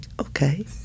Okay